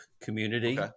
community